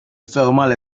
ferma